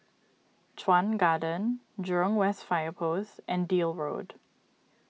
Chuan Garden Jurong West Fire Post and Deal Road